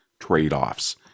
trade-offs